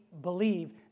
believe